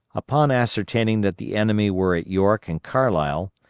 upon ascertaining that the enemy were at york and carlisle,